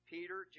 Peter